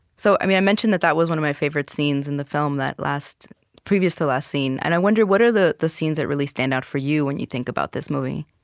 so i mentioned that that was one of my favorite scenes in the film, that previous-to-last scene. and i wonder, what are the the scenes that really stand out for you when you think about this movie?